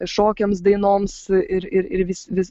šokiams dainoms ir ir vis vis